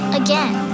again